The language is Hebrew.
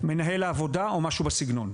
מנהל העבודה או משהו בסגנון.